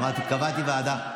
ואמרתי וקבעתי ועדה,